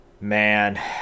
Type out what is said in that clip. man